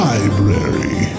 Library